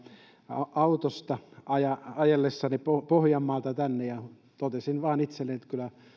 autosta ajellessani pohjanmaalta tänne ja totesin vain itselleni että kyllä